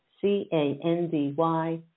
C-A-N-D-Y